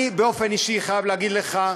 אני, באופן אישי, חייב להגיד לך,